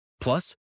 Plus